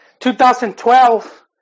2012